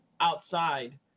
outside